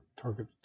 target